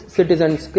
Citizens